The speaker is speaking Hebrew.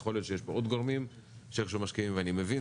יכול להיות שיש פה עוד גורמים שאיך שהוא משפיעים ואני מבין,